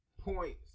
points